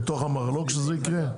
שבתוך המרלו"ג זה יקרה?